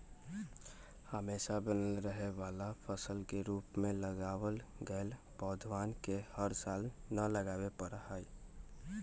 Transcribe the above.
हमेशा बनल रहे वाला फसल के रूप में लगावल गैल पौधवन के हर साल न लगावे पड़ा हई